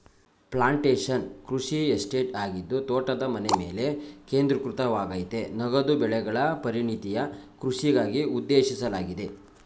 plantation ಕೃಷಿ estate ಆಗಿದ್ದು ತೋಟದ ಮನೆಮೇಲೆ ಕೇಂದ್ರೀಕೃತವಾಗಯ್ತೆ ನಗದು ಬೆಳೆಗಳ ಪರಿಣತಿಯ ಕೃಷಿಗಾಗಿ ಉದ್ದೇಶಿಸಲಾಗಿದೆ